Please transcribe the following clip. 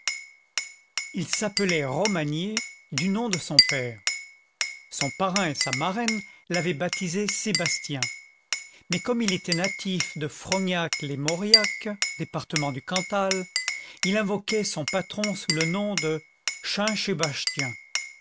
il s'appelait romagné du nom de son père son parrain et sa marraine l'avaient baptisé sébastien mais comme il était natif de frognac lès mauriac département du cantal il invoquait son patron sous le nom de